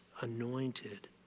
anointed